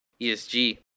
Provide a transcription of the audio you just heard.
ESG